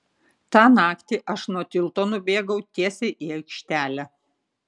tą naktį aš nuo tilto nubėgau tiesiai į aikštelę